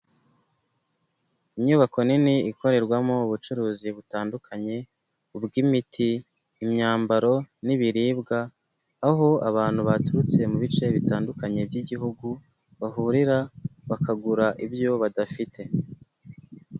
Inyubako nini ikorerwamo ubucuruzi butandukanye ubw'imiti, imyambaro n'ibiribwa aho abantu baturutse mu bice bitandukanye by'igihugu bahurira bakagura ibyo badafite.